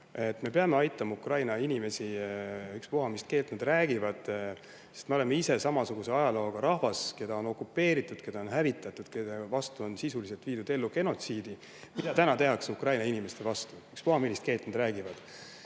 Me peame aitama Ukraina inimesi, ükspuha, mis keelt nad räägivad. Me oleme ise samasuguse ajalooga rahvas, keda on okupeeritud, keda on hävitatud, kelle vastu on sisuliselt viidud ellu genotsiidi, mida täna tehakse Ukraina inimeste vastu, ükspuha, mis keelt nad räägivad.